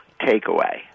takeaway